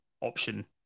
option